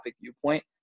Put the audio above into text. viewpoint